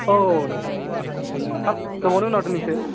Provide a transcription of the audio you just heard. औ नोंथां हाब गोबावनि उनाव दिनैसो